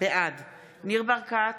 בעד ניר ברקת,